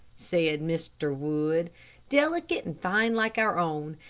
said mr. wood delicate and fine like our own,